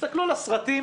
תסתכלו על הסרטים,